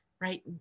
right